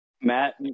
matt